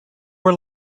were